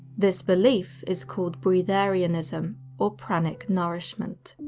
this belief is called breatharianism or pranic nourishment.